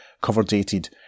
cover-dated